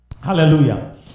Hallelujah